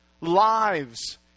Lives